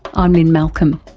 i'm lynne malcolm.